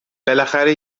بالاخره